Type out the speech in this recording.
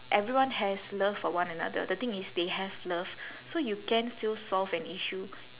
everyone has love for one another the thing is they have love so you can still solve an issue